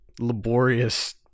laborious